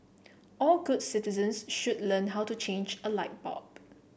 all good citizens should learn how to change a light bulb